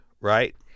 right